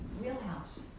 wheelhouse